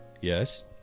Yes